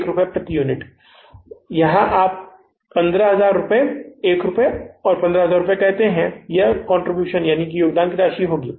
यह 1 रुपए है और यहां आप इसे 15000 रुपए 1 रुपए और 15000 रुपए कहते हैं इसलिए यह योगदान राशि है